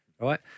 right